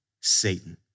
Satan